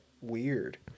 weird